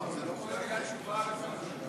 נכון, זה לא כולל אתכם.